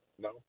No